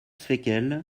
fekl